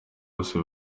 bose